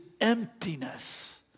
emptiness